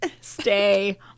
stay